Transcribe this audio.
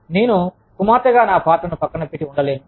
నేను కుమార్తె గా నా పాత్రను పక్కన పక్కన పెట్టి ఉండలేను